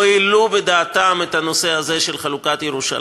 העלו בדעתם את הנושא הזה של חלוקת ירושלים.